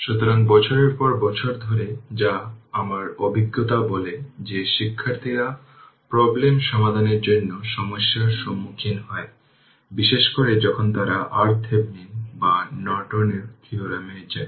সুতরাং বছরের পর বছর ধরে যা আমার অভিজ্ঞতা বলে যে শিক্ষার্থীরা প্রবলেম সমাধানের জন্য সমস্যার সম্মুখীন হয় বিশেষ করে যখন তারা RThevenin বা Norton এর থিওরেমে যায়